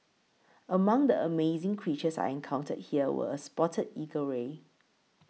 among the amazing creatures I encountered here were a spotted eagle ray